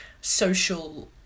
social